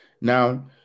now